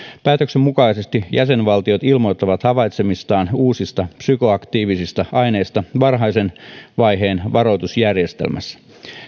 päätöksen mukaisesti jäsenvaltiot ilmoittavat havaitsemistaan uusista psykoaktiivisista aineista varhaisen vaiheen varoitusjärjestelmässä